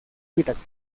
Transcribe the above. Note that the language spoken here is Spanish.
whitaker